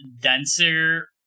denser